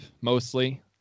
mostly